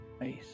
Nice